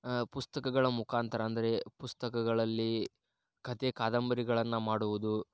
ಪುಸ್ತಕಗಳ ಮುಖಾಂತರ ಅಂದರೆ ಪುಸ್ತಕಗಳಲ್ಲಿ ಕತೆ ಕಾದಂಬರಿಗಳನ್ನು ಮಾಡುವುದು